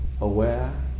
aware